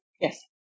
Yes